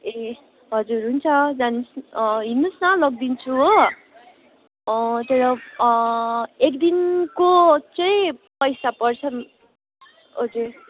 ए हजुर हुन्छ जानुहोस् हिँड्नुहोस् न लगिदिन्छु हो तर एक दिनको चाहिँ पैसा पर्छ हजुर